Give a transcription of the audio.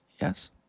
Yes